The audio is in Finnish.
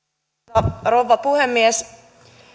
arvoisa rouva puhemies